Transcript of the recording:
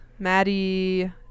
Maddie